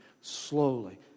Slowly